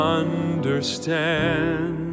understand